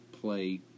play